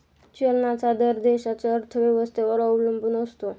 चलनाचा दर देशाच्या अर्थव्यवस्थेवर अवलंबून असतो